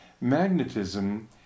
magnetism